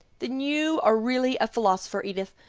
then you are really a philosopher, edith,